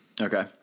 Okay